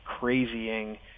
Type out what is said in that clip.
crazying